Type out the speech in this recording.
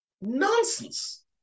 Nonsense